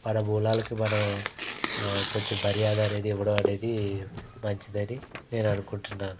మన మూలలకి మనం కొంచెం మర్యాద అనేది ఇవ్వడం అనేది మంచిది అని నేను అనుకుంటున్నాను